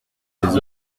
des